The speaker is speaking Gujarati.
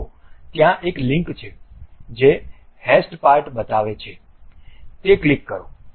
જુઓ ત્યાં એક લિંક છે જે હેશડ પાર્ટ બતાવે છે તે ક્લિક કરો